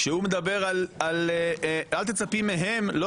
אל תצפי מהם לא